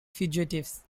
fugitives